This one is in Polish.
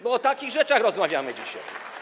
My tu o takich rzeczach rozmawiamy dzisiaj.